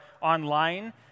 online